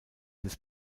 des